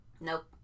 Nope